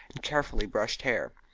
carefully brushed hair.